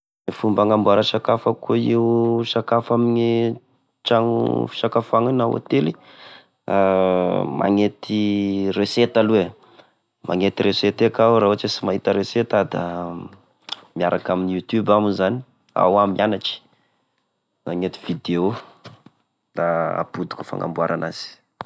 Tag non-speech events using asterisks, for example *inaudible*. E fomba agnamboara sakafo akoa io sakafo ame trano fisakafoana io na hotely: *hesitation* magnety recette aloha e! Magnety recette eky aho raha oatra sy mahita aho recette aho da miaraka amin'ny youtube moa zany! aho ia mianatra magnety video, da ampodiko e fagnamboarana azy.